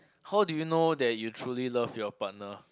how do you know that you truly love your partner